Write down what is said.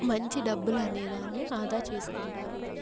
మంచి డబ్బులు అనే దాన్ని ఆదా చేసుకుంటారు